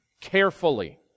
carefully